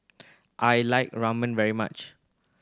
I like Ramen very much